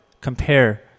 compare